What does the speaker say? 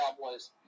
Cowboys